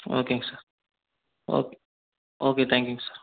ஓகேங்க sir okay okay thank யூங்க sir